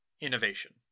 innovation